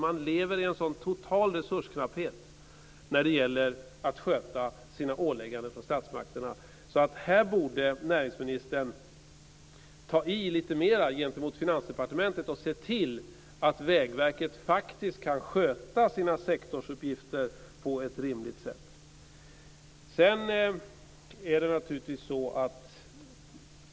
Man lever i en så total resursknapphet när det gäller att sköta sina ålägganden från statsmakterna att här borde näringsministern ta i lite mera gentemot Finansdepartementet och se till att Vägverket faktiskt kan sköta sina sektorsuppgifter på ett rimligt sätt.